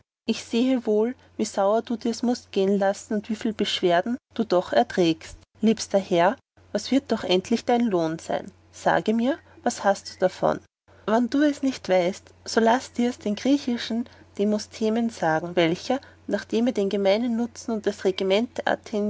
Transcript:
ich sehe wohl wie sauer du dirs mußt werden lassen und wieviel beschwerden du doch erträgst liebster herr was wird doch endlich dein lohn sein sage mir was hast du davon wann du es nicht weißt so laß dirs den griechischen demosthenem sagen welcher nachdem er den gemeinen nutzen und das regiment